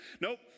Nope